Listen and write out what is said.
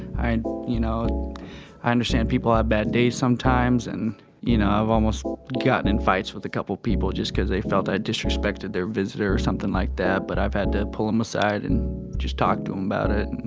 i and you know i understand people have bad days sometimes. and you know, i've almost gotten in fights with a couple people just cause they felt i disrespected their visitor or something like that, but i've had to pull them aside and just talk to them um about it.